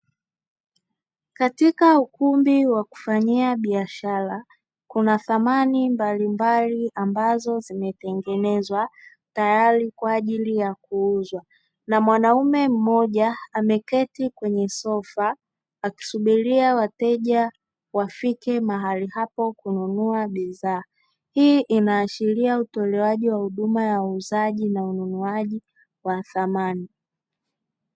Katika ukumbi wa kufanyia biashara, kuna samani mbalimbali ambazo zimetengenezwa tayari kwa ajili ya kuuzwa, na mwanaume mmoja ameketi kwenye sofa akisubiria wateja wafike mahali hapo kununua bidhaa. Hii inaashiria utolewaji wa huduma ya uuzaji na ununuaji wa samani.